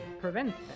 prevents